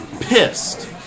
pissed